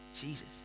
Jesus